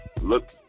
look